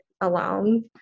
alone